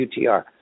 UTR